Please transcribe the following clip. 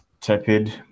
tepid